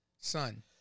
son